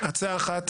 הצעה אחת,